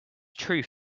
truth